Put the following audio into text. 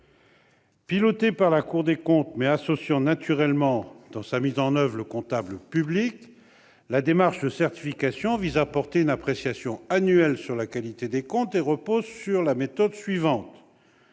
Pilotée par la Cour des comptes, mais associant naturellement dans sa mise en oeuvre le comptable public, la démarche de certification vise à porter une appréciation annuelle sur la qualité des comptes et repose sur la méthode suivante